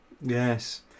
Yes